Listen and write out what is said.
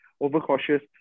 overcautious